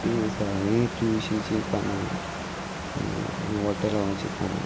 किदं आसा हें तुळशीचीं पानां हे वॉटेलांवचीं पानां